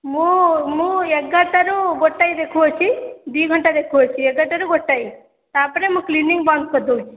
ମୁଁ ମୁଁ ଏଗାରଟାରୁ ଗୋଟେ ଦେଖୁଅଛି ଦୁଇ ଘଣ୍ଟା ଦେଖୁଅଛି ଏଗାରଟାରୁ ଗୋଟାଏ ତା'ପରେ ମୁଁ କ୍ଲିନିକ୍ ବନ୍ଦ କରିଦେଉଛି